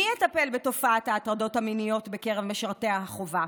מי יטפל בתופעת ההטרדות המיניות בקרב משרתי החובה?